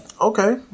Okay